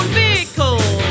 vehicle